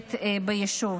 פועלת ביישוב,